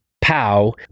pow